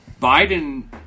Biden